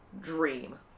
dream